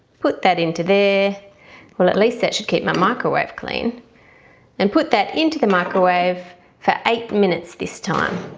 put that into there well at least that should keep my microwave clean and put that into the microwave for eight minutes this time.